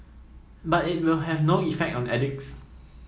but it will have no effect on addicts